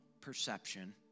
perception